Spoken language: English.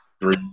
three